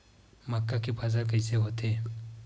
मक्का के फसल कइसे होथे?